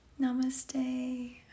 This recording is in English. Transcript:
Namaste